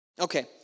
Okay